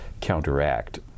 counteract